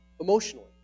emotionally